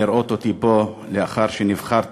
לראות אותי פה לאחר שנבחרתי,